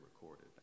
recorded